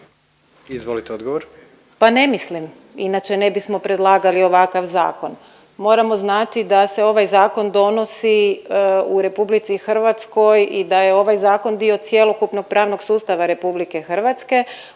Lugarić, Tereza** Pa ne mislim, inače ne bismo predlagali ovakav zakon. Moramo znati da se ovaj zakon donosi u Republici Hrvatskoj i da je ovaj zakon dio cjelokupnog pravnog sustava Republike Hrvatske.